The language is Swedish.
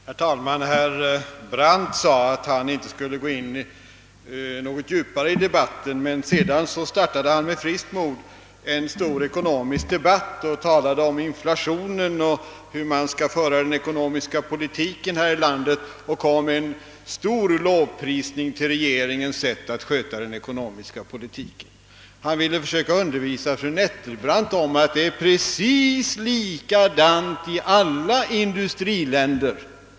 Herr talman! Herr Brandt sade att han inte skulle gå djupare in i debatten. Därefter startade han med friskt mod en stor ekonomisk debatt och talade om inflation och om hur den ekonomiska politiken här i landet skall föras och lovprisade stort regeringens sätt att sköta denna. Han ville försöka övertyga fru Nettelbrandt om att det är precis likadant i alla industriländer.